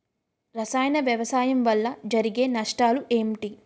రసాయన వ్యవసాయం వల్ల జరిగే నష్టాలు ఏంటి?